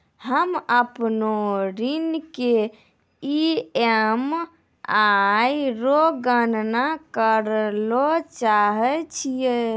हम्म अपनो ऋण के ई.एम.आई रो गणना करैलै चाहै छियै